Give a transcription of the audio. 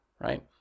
right